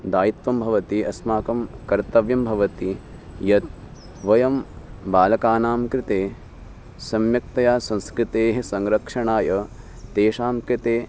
दायित्वं भवति अस्माकं कर्तव्यं भवति यत् वयं बालकानां कृते सम्यक्तया संस्कृतेः संरक्षणाय तेषां कृते